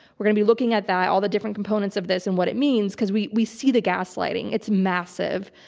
we're going to be looking at that, all the different components of this and what it means cause we, we see the gas lighting. it's massive.